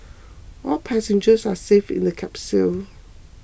all passengers are safe in the capsule